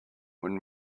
when